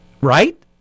Right